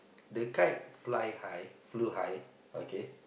the kite fly high flew high okay